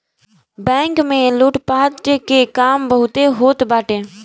bank में लूटपाट के काम बहुते होत बाटे